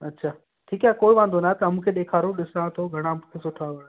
अच्छा ठीकु आहे कोई वांदो न आहे तव्हां मूंखे ॾेखारियो ॾिसां थो घणा सुठा